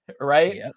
right